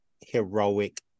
heroic